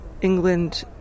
England